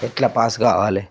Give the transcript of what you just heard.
ఎట్ల పాస్ కావాలి